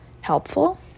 helpful